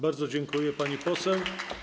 Bardzo dziękuję, pani poseł.